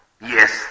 Yes